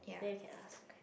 then you can ask